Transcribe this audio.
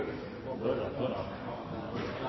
det må